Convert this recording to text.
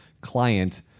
client